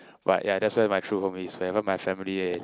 but ya that's why my true home is wherever my family in